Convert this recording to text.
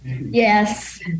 Yes